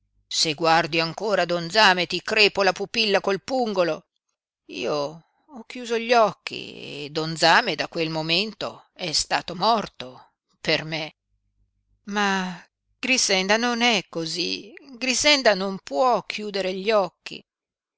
se guardi ancora don zame ti crepo la pupilla col pungolo io ho chiuso gli occhi e don zame da quel momento è stato morto per me ma grixenda non è cosí grixenda non può chiudere gli occhi